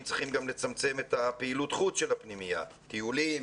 הם צריכים גם לצמצם את פעילות החוץ של הפנימייה: טיולים,